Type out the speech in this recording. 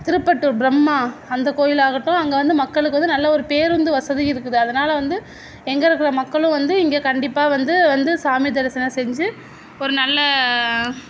திருப்பட்டூர் ப்ரம்மா அந்தக் கோயிலாகட்டும் அங்கே வந்து மக்களுக்கு வந்து நல்ல ஒரு பேருந்து வசதியும் இருக்குது அதனால் வந்து எங்கே இருக்கிற மக்களும் வந்து இங்கே கண்டிப்பாக வந்து வந்து சாமி தரிசனம் செஞ்சு ஒரு நல்ல